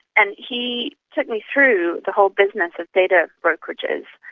and he took me through the whole business of data brokerages.